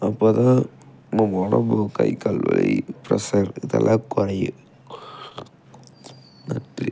அப்போ தான் நம்ம உடம்பு கை கால் வலி ப்ரெஸ்சர் இதெல்லாம் குறையும் நன்றி